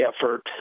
effort